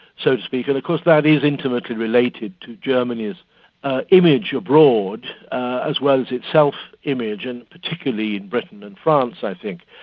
so to speak, and of course that is intimately related to germany's image abroad as well as its so self-image, and particularly in britain and france, i think.